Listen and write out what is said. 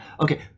Okay